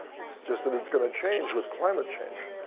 it's just that it's going to change with climate change.